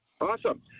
awesome